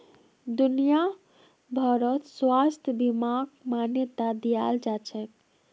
दुनिया भरत स्वास्थ्य बीमाक मान्यता दियाल जाछेक